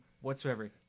whatsoever